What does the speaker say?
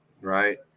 right